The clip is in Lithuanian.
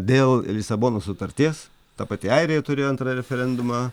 dėl lisabonos sutarties ta pati airija turėjo antrą referendumą